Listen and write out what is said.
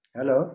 hello